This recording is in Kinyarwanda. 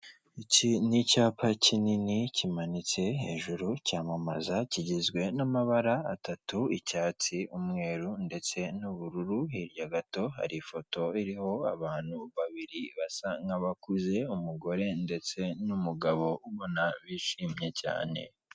Iki ni icyapa kinini kimanitse hejuru cyamamaza kigizwe n'amabara atatu icyatsi, umweru ndetse n'ubururu, hirya gato hari ifoto iriho abantu babiri basa nkabakuze, umugore ndetse n'umugabo ubona bishimye cyane.